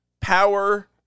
power